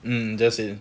mm just say